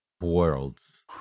Worlds